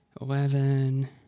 Eleven